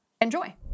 enjoy